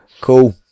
Cool